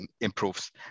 improves